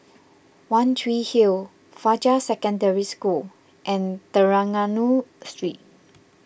one Tree Hill Fajar Secondary School and Trengganu Street